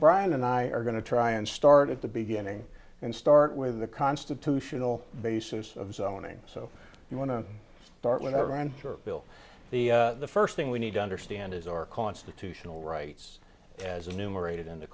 brian and i are going to try and start at the beginning and start with the constitutional basis of zoning so you want to start whenever i feel the first thing we need to understand is our constitutional rights as enumerated in the